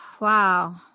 Wow